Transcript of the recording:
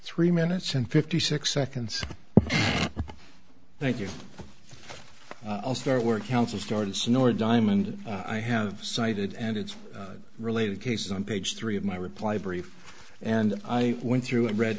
three minutes and fifty six seconds thank you all start work council started snored diamond i have cited and its related cases on page three of my reply brief and i went through and read